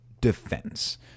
defense